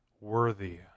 worthy